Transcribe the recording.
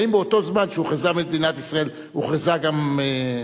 האם באותו זמן שהוכרזה מדינת ישראל, הוכרזה גם,